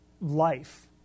life